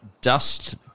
Dust